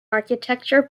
architecture